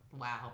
Wow